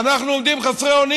ואנחנו עומדים חסרי אונים.